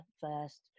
first